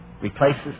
replaces